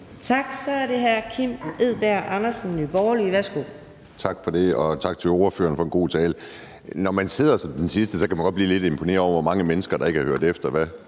Værsgo. Kl. 15:31 Kim Edberg Andersen (NB): Tak for det, og tak til ordføreren for en god tale. Når man sidder som den sidste, kan man godt blive lidt imponeret over, hvor mange mennesker der ikke har hørt efter,